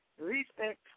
Respect